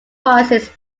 prices